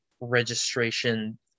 registration